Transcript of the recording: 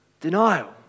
denial